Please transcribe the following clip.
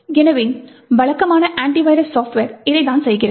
எனவே வழக்கமான anti virus software இதைத்தான் செய்கிறது